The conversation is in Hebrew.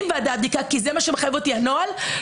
ועדת בדיקה כי זה מה שמחייב אותי הנוהל,